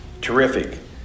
terrific